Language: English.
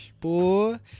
Boy